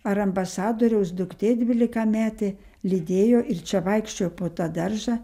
ar ambasadoriaus duktė dvylikametė lydėjo ir čia vaikščiojo po tą daržą